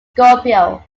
scorpio